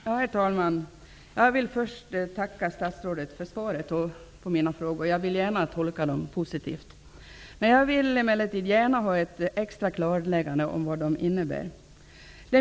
Herr talman! Jag vill först tacka statsrådet för svaren på mina frågor. Jag vill gärna tolka dem positivt. Men jag vill gärna ha ett extra klarläggande om vad de innebär.